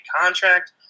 contract